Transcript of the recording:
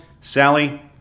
Sally